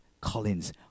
collins